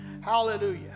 Hallelujah